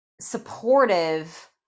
supportive